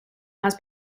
has